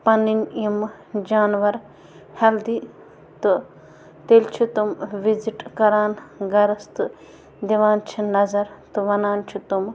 پنٕنۍ یِمہٕ جانوَر ہٮ۪لدی تہٕ تیٚلہِ چھِ تِم وِزِٹ کران گَرَس تہٕ دِوان چھِ نَظر تہٕ وَنان چھٕ تِمہٕ